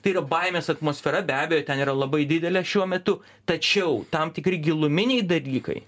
tai yra baimės atmosfera be abejo ten yra labai didelė šiuo metu tačiau tam tikri giluminiai dalykai